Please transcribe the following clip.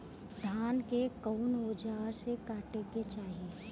धान के कउन औजार से काटे के चाही?